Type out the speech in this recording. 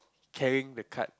carrying the cart